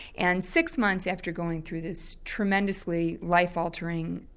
and six months after going through this tremendously life altering,